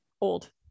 old